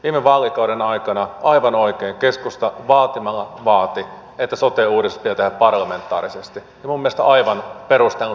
viime vaalikauden aikana aivan oikein keskusta vaatimalla vaati että sote uudistus tehdään parlamentaarisesti ja minun mielestäni aivan perustelluista syistä